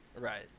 Right